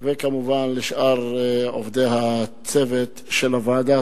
וכמובן לשאר אנשי הצוות של הוועדה.